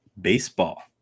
baseball